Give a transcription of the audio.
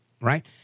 Right